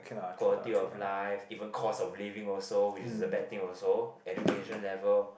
quality of life even cost of living also which is a bad thing also education level